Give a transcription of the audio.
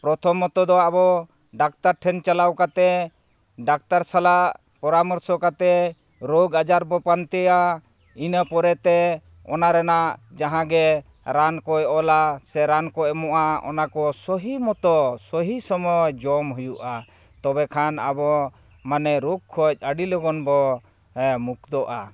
ᱯᱨᱚᱛᱷᱚᱢᱚᱛᱚ ᱫᱚ ᱟᱵᱚ ᱰᱟᱠᱛᱟᱨ ᱴᱷᱮᱱ ᱪᱟᱞᱟᱣ ᱠᱟᱛᱮᱫ ᱰᱟᱠᱛᱟᱨ ᱥᱟᱞᱟᱜ ᱯᱚᱨᱟᱢᱚᱨᱥᱚ ᱠᱟᱛᱮᱫ ᱨᱳᱜᱽ ᱟᱡᱟᱨ ᱵᱚᱱ ᱯᱟᱱᱛᱮᱭᱟ ᱤᱱᱟᱹ ᱯᱚᱨᱮᱛᱮ ᱚᱱᱟ ᱨᱮᱱᱟᱜ ᱡᱟᱦᱟᱸᱜᱮ ᱨᱟᱱᱠᱚᱭ ᱚᱞᱟ ᱥᱮ ᱨᱟᱱᱠᱚᱭ ᱮᱢᱚᱜᱼᱟ ᱚᱱᱟ ᱠᱚ ᱥᱚᱦᱤ ᱢᱚᱛᱚ ᱥᱚᱦᱤ ᱥᱚᱢᱚᱭ ᱡᱚᱢ ᱦᱩᱭᱩᱜᱼᱟ ᱛᱚᱵᱮ ᱠᱷᱟᱡ ᱟᱵᱚ ᱨᱳᱜᱽ ᱠᱷᱚᱱ ᱟᱹᱰᱤ ᱞᱚᱜᱚᱱ ᱵᱚᱱ ᱢᱩᱠᱛᱚᱜᱼᱟ